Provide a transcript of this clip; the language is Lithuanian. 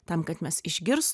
tam kad mes išgirs